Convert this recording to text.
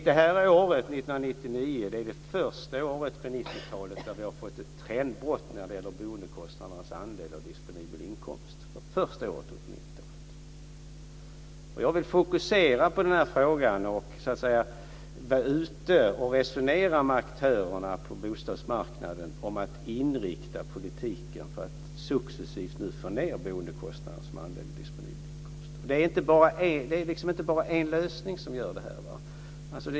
Detta år - 1999 - är det första året på 1990-talet då vi har fått ett trendbrott när det gäller boendekostnadernas andel av den disponibla inkomsten. Det är det första året på 1990-talet. Jag vill fokusera på denna fråga och vara ute och resonera med aktörerna på bostadsmarknaden om att inrikta politiken på att successivt få ned boendekostnadernas andel av den disponibla inkomsten. Det finns inte bara en lösning på detta problem.